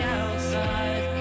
outside